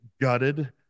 gutted